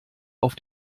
auf